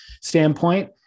standpoint